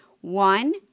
one